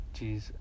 Jeez